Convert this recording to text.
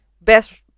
Best